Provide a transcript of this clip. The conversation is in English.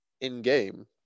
in-game